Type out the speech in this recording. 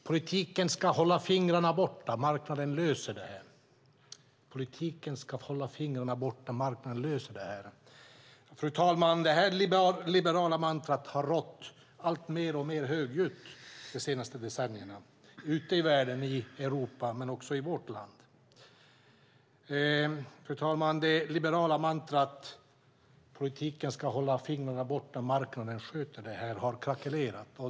Politiken ska hålla fingrarna borta. Marknaden sköter det här. Detta liberala mantra har hörts alltmer under de senaste decennierna ute i världen, i Europa och också i vårt land. Men, fru talman, det liberala mantrat att politiken ska hålla fingrarna borta, marknaden sköter det här, har krackelerat.